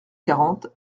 quarante